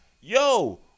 Yo